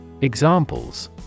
Examples